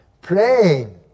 praying